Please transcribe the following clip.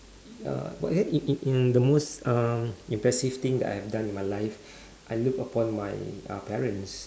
ya but then in in in the most um impressive thing that I have done in my life I look upon my parents